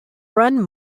run